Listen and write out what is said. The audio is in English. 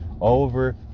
over